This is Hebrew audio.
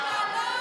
אתה לא,